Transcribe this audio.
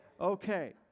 Okay